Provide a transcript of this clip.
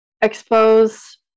expose